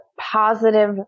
positive